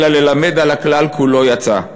אלא ללמד על הכלל כולו יצא.